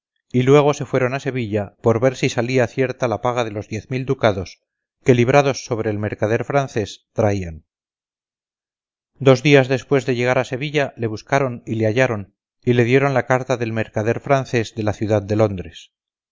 y luego se fueron a sevilla por ver si salía cierta la paga de los diez mil ducados que librados sobre el mercader francés traían dos días después de llegar a sevilla le buscaron y le hallaron y le dieron la carta del mercader francés de la ciudad de londres